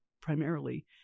primarily